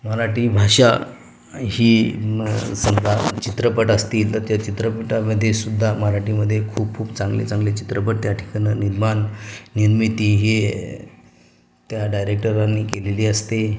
मराठी भाषा ही न् समजा चित्रपट असतील तर त्या चित्रपटामध्ये सुद्धा मराठीमध्ये खूप खूप चांगले चांगले चित्रपट त्या ठिकाणी निर्माण निर्मिती हे त्या डायरेक्टरांनी केलेली असते